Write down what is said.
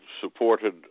supported